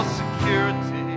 security